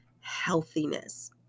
healthiness